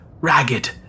ragged